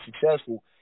successful